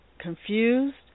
Confused